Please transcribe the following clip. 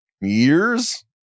years